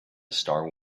star